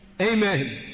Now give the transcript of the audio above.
amen